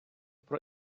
про